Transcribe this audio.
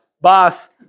bas